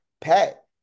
Pat